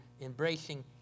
embracing